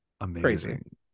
Amazing